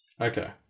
Okay